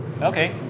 Okay